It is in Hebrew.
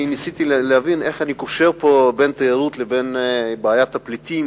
אני ניסיתי להבין איך אני קושר פה בין תיירות לבין בעיית הפליטים,